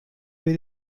wir